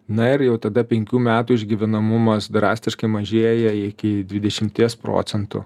na ir jau tada penkių metų išgyvenamumas drastiškai mažėja iki dvidešimties procentų